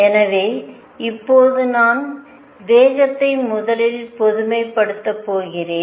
எனவே இப்போது நான் இப்போது வேகத்தை முதலில் பொதுமைப்படுத்தப் போகிறேன்